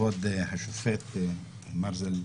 כבוד השופט מרזל,